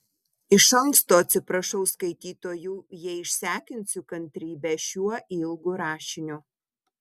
iš anksto atsiprašau skaitytojų jei išsekinsiu kantrybę šiuo ilgu rašiniu